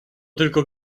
tylko